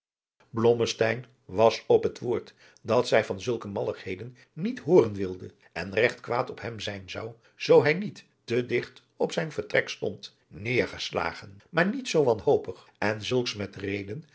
was op het woord dat zij van zulke malligheden niet hooren wilde en regt kwaad op hem zijn zou zoo hij niet te digt op zijn vertrek stond neêrgeslagen maar niet zoo wanhopig en zulks met reden